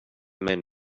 men